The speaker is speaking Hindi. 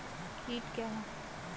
कीट क्या है?